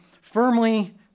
firmly